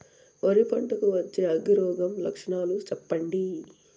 వరి పంట కు వచ్చే అగ్గి రోగం లక్షణాలు చెప్పండి?